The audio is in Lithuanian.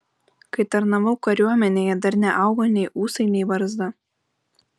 kai tarnavau kariuomenėje dar neaugo nei ūsai nei barzda